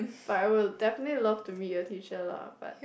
but I would definitely love to meet your teacher lah but